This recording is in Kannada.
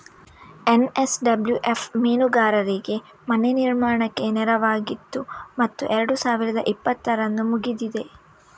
ಎನ್.ಎಸ್.ಡಬ್ಲ್ಯೂ.ಎಫ್ ಮೀನುಗಾರರಿಗೆ ಮನೆ ನಿರ್ಮಾಣಕ್ಕೆ ನೆರವಾಗಿತ್ತು ಮತ್ತು ಎರಡು ಸಾವಿರದ ಇಪ್ಪತ್ತರಂದು ಮುಗಿದಿದೆ